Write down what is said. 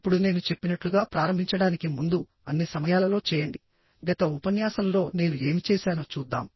ఇప్పుడు నేను చెప్పినట్లుగా ప్రారంభించడానికి ముందుఅన్ని సమయాలలో చేయండి గత ఉపన్యాసంలో నేను ఏమి చేశానో చూద్దాం